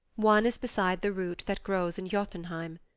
one is beside the root that grows in jotunheim.